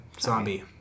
zombie